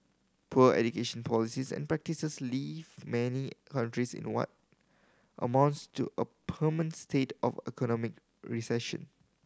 poor education policies and practices leave many countries in what amounts to a permanent state of economic recession